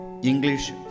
English